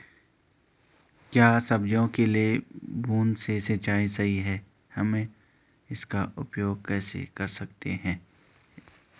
क्या सब्जियों के लिए बूँद से सिंचाई सही है हम इसका उपयोग कैसे कर सकते हैं?